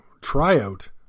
tryout